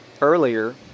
earlier